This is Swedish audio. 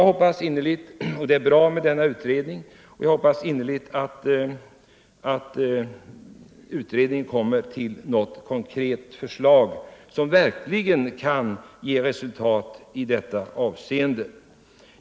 Det är bra med denna utredning, och jag hoppas innerligt att utredningen lägger fram något konkret förslag som verkligen kan ge resultat i det här avseendet.